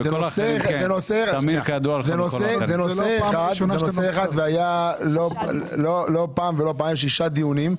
זה נושא אחד והיו שישה דיונים.